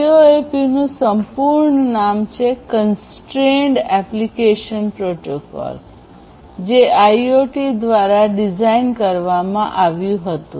CoAP નું સંપૂર્ણ નામ કોન્સ્ટ્રેઇન્ડ કંસ્ટ્રાઇન્ડ એપ્લિકેશન પ્રોટોકોલ છે જે આઈઇટીએફ દ્વારા ડિઝાઇન કરવામાં આવ્યું હતું